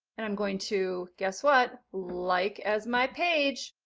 and i'm going to guess what like as my page,